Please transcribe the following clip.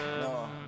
No